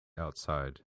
outside